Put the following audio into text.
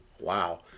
Wow